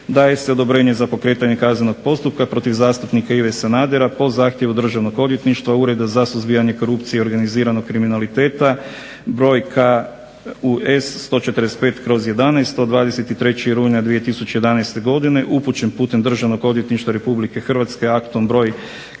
„Daje se odobrenje za pokretanje kaznenog postupka protiv zastupnika Ive Sanadera po zahtjevu Državnog odvjetništva, Ureda za suzbijanje korupcije i organiziranog kriminaliteta brojka US-145/11 od 23. rujna 2011. godine upućen putem Državnog odvjetništva RH aktom broj